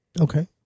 Okay